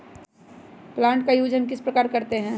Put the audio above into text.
Plant का use हम किस प्रकार से करते हैं?